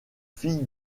fille